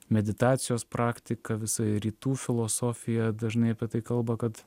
meditacijos praktiką visa ir rytų filosofija dažnai apie tai kalba kad